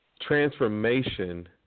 transformation